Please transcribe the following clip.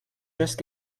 just